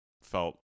felt